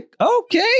okay